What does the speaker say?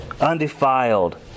undefiled